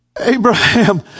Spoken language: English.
Abraham